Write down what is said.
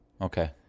Okay